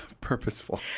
purposeful